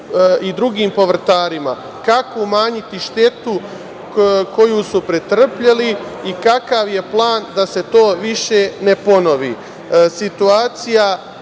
i drugim povrtarima? Kako umanjiti štetu koju su pretrpeli i kakav je plan da se to više ne